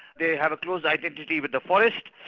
they have a close identity with the forest,